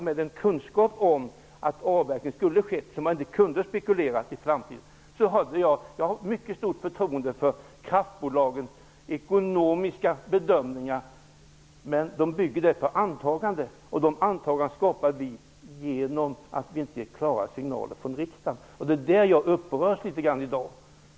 Med kunskap om att avveckling skall ske kan man inte spekulera i framtiden. Jag har mycket stort förtroende för kraftbolagens ekonomiska bedömningar. Men de bygger på antaganden, och dessa antaganden skapar vi genom att inte ge klara signaler från riksdagen. Det är därför jag upprörs i dag.